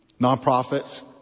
nonprofits